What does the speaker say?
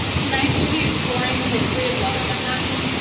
tonight we'll be exploring the history of lower manhattan,